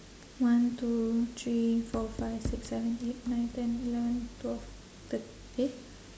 one two three four five six seven eight nine ten eleven twelve thirt~ eh